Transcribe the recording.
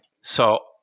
So-